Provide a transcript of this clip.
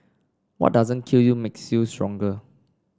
what doesn't kill you makes you stronger